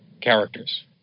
characters